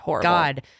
God